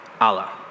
Allah